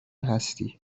هستی